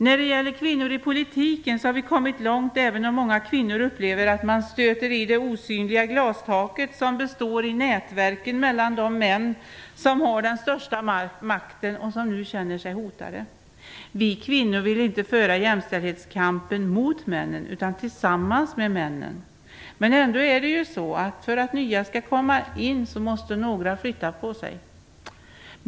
När det gäller kvinnorna i politiken har vi kommit långt, även om många kvinnor upplever att man stöter i det osynliga glastak som består i nätverk mellan de män som har den största makten och som nu känner sig hotade. Vi kvinnor vill inte föra jämställdhetskampen mot männen, utan vi vill föra den tillsammans med männen. Men för att nya skall komma in måste ju några flytta på sig.